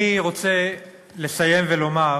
אני רוצה לסיים ולומר,